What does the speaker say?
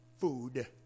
food